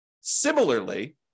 Similarly